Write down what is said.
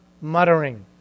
muttering